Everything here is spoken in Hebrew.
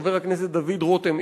חבר הכנסת דוד רותם,